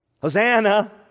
Hosanna